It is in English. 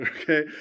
okay